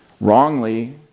wrongly